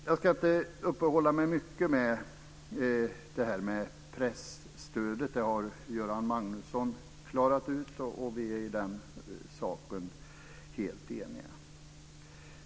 Jag ska inte uppehålla mig mycket mer vid detta med presstödet. Det har Göran Magnusson klarat ut, och vi är i den saken helt eniga.